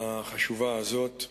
החשובה הזאת.